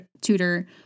tutor